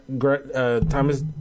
Thomas